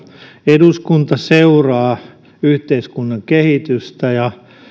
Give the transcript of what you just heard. eduskunta seuraavat yhteiskunnan kehitystä ja